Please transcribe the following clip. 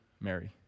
Mary